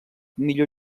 millor